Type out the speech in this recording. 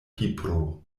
pipro